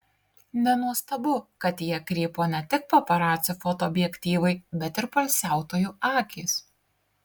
nenuostabu kad į ją krypo ne tik paparacių fotoobjektyvai bet ir poilsiautojų akys